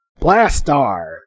Blastar